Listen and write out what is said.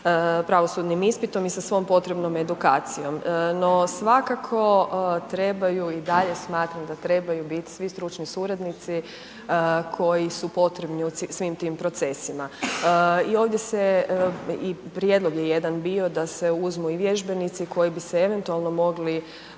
pravosudnim ispitom i sa svom potrebnom edukacijom. No svakako trebaju i dalje smatram da trebaju biti svi stručni suradnici koji su potrebni u svim tim procesima. I ovdje se i prijedlog je jedan bio da se uzmu i vježbenici koji bi se eventualno mogli